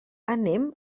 anem